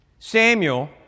Samuel